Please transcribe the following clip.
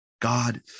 God